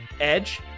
Edge